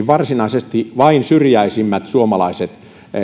varsinaisesti vain syrjäisimmät suomalaiset